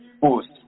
post